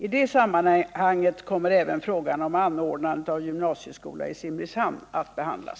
I det sammanhanget kommer även frågan om anordnandet av gymnasieskola i Simrishamn att behandlas.